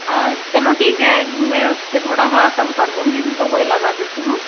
चलो ठीक है मैं उसपे थोड़ा सा कम कर दूंगी मैं तो वही लगा देती हूँ हाँ